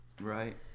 Right